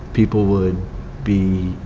people would be,